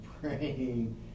praying